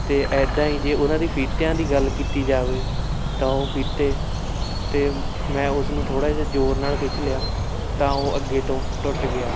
ਅਤੇ ਇੱਦਾਂ ਹੀ ਜੇ ਉਹਨਾਂ ਦੀ ਫੀਤਿਆਂ ਦੀ ਗੱਲ ਕੀਤੀ ਜਾਵੇ ਤਾਂ ਉਹ ਫੀਤੇ 'ਤੇ ਮੈਂ ਉਸ ਨੂੰ ਥੋੜ੍ਹਾ ਜਿਹਾ ਜੋਰ ਨਾਲ ਖਿੱਚ ਲਿਆ ਤਾਂ ਉਹ ਅੱਗੇ ਤੋਂ ਟੁੱਟ ਗਿਆ